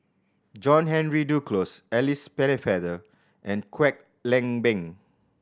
John Henry Duclos Alice Pennefather and Kwek Leng Beng